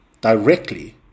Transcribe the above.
directly